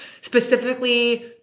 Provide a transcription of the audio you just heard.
specifically